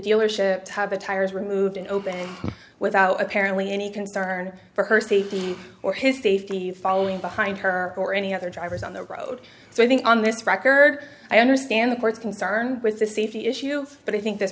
dealership have the tires removed and open without apparently any concern for her safety or his safety following behind her or any other drivers on the road so i think on this record i understand the court's concern with the safety issue but i think th